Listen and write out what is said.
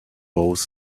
both